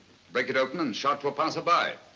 break it open and shout to a passerby.